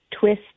twist-